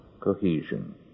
cohesion